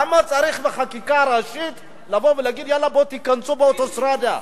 למה צריך בחקיקה ראשית להגיד: בואו ותיכנסו באוטוסטרדה,